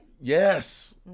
Yes